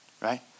right